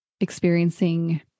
experiencing